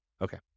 Okay